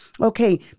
okay